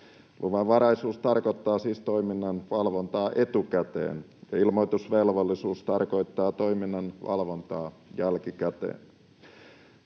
Luvanvaraisuus tarkoittaa siis toiminnan valvontaa etukäteen, ja ilmoitusvelvollisuus tarkoittaa toiminnan valvontaa jälkikäteen.